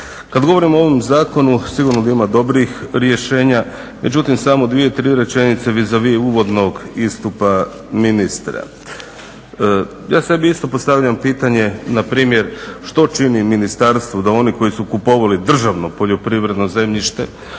Kada govorimo o ovom zakonu sigurno da ima dobrih rješenja, međutim samo 2, 3 rečenice vizavi uvodnog istupa ministra. Ja sebi isto postavljam pitanje npr. što čini ministarstvo da oni koji su kupovali državno poljoprivredno zemljište